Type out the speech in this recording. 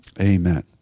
Amen